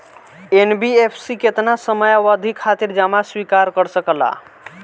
NBFC केतना समयावधि खातिर जमा स्वीकार कर सकला?